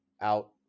out